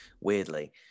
weirdly